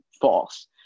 false